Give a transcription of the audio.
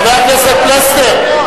חברי הכנסת חנא סוייד ואורי מקלב,